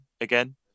again